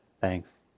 Thanks